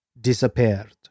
disappeared